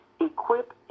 Equip